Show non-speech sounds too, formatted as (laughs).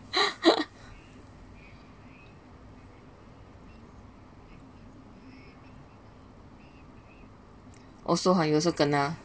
(laughs) also ha you also kena